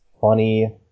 funny